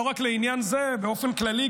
לא רק לעניין זה אלא באופן כללי,